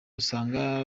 usanga